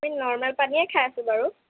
আমি নৰ্মেল পানীয়েই খাই আছোঁ বাৰু